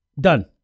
Done